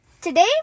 Today